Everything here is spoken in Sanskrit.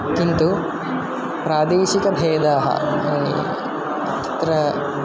किन्तु प्रादेशिकभेदाः तत्र